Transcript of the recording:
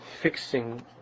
fixing